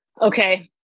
Okay